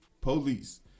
police